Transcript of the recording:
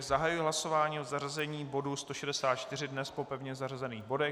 Zahajuji hlasování o zařazení bodu 164 dnes po pevně zařazených bodech.